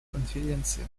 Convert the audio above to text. конференции